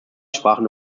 sprachen